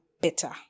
better